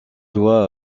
loi